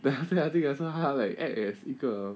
then after that I think I saw 他 act as 一个